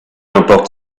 importe